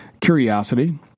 Curiosity